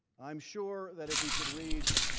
i'm sure that if we could read